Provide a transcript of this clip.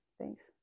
thanks